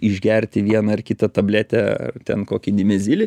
išgerti vieną ar kitą tabletę ten kokį nimesilį